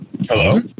Hello